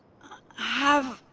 have.